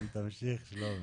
תמשיך, שלומי.